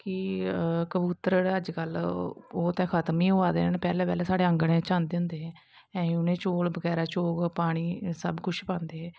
कि कबूतर जेह्ड़ा अज्ज कल ओह् ते हून खत्म गै होआ दे न पैह्लैं पैह्लैं साढ़ै अंगनें च आंदे हे असें उनेंगी चूग बगैरा पानी सब किश पांदे हे